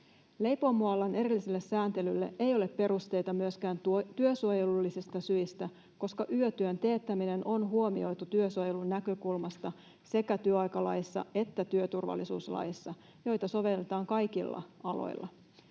Leipomoalan erilliselle sääntelylle ei ole perusteita myöskään työsuojelullisista syistä, koska yötyön teettäminen on huomioitu työsuojelun näkökulmasta sekä työaikalaissa että työturvallisuuslaissa, joita sovelletaan kaikilla aloilla.